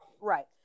Right